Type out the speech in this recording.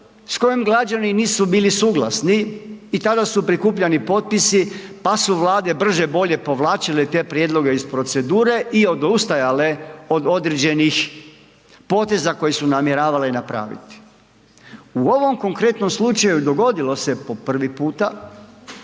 s kojom građani nisu bili suglasni i tada su prikupljani potpisi, pa su Vlade brže bolje povlačile te prijedloge iz procedure i odustajale od određenih poteza koje su namjeravale napraviti. U ovom konkretnom slučaju dogodilo se po prvi puta